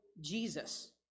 Jesus